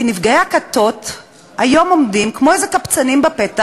כי נפגעי הכתות היום עומדים כמו איזה קבצנים בפתח